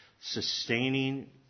sustaining